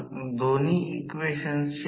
1 r2 लिहायला मिळू शकेल